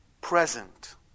present